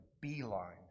beeline